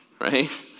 right